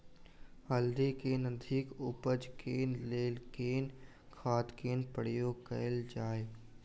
हल्दी केँ अधिक उपज केँ लेल केँ खाद केँ प्रयोग कैल जाय?